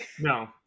no